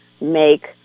make